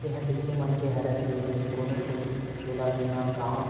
तेंहा कइसे मनखे हरस रे भई कोनो कोती तोला मेंहा गांव